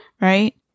right